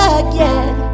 again